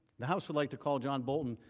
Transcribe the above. the house would like to call john bolton.